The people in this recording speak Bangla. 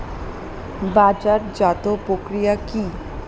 বাজারজাতও প্রক্রিয়া কি?